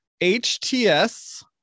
H-T-S